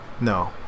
No